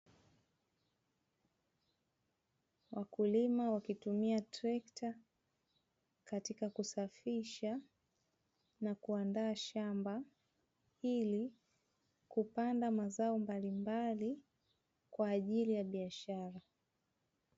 Wakulima wakitumia trekta katika kusafisha na kuandaa shamba, ili kupanda mazao mbalimbali kwa ajili ya biashara.